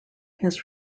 his